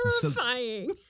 terrifying